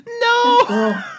No